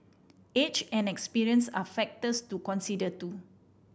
age and experience are factors to consider too